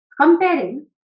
comparing